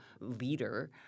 leader